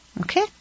Okay